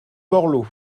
borloo